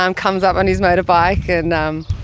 um comes up on his motorbike, and um